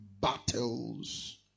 battles